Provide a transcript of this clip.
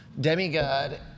Demigod